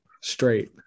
straight